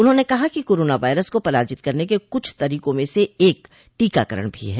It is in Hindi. उन्होंने कहा कि कोरोना वायरस को पराजित करने के कुछ तरीकों में से एक टीकाकरण भी है